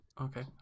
Okay